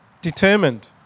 determined